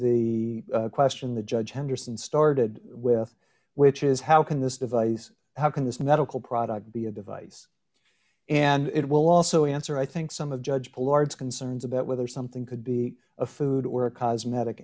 the question the judge henderson started with which is how can this device how can this medical product be a device and it will also answer i think some of judge pl ards concerns about whether something could be a food or a cosmetic